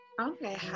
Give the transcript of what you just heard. Okay